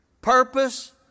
purpose